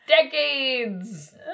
Decades